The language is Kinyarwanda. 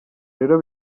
rero